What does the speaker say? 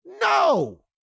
No